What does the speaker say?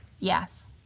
Yes